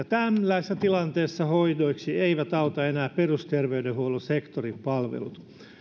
tällaisessa tilanteessa hoidoiksi eivät enää auta perusterveydenhuollon sektorin palvelut